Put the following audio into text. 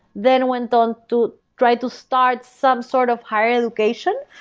then went on to try to start some sort of higher location,